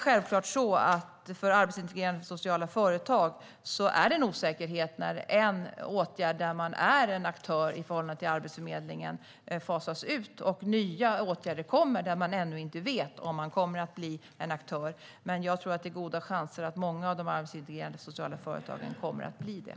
Självklart är det en osäkerhet för arbetsintegrerande sociala företag när en åtgärd där man är en aktör i förhållande till Arbetsförmedlingen fasas ut och nya åtgärder kommer där man ännu inte vet om man kommer att bli en aktör. Men jag tror att det finns goda chanser att många av de arbetsintegrerande sociala företagen kommer att bli det.